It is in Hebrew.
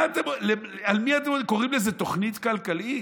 קוראים לזה תוכנית כלכלית?